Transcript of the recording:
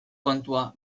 kontua